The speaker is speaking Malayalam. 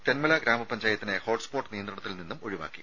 തെന്മല ഗ്രാമ പഞ്ചായത്തിനെ ഹോട്ട്സ്പോട്ട് നിയന്ത്രണത്തിൽനിന്നും ഒഴിവാക്കി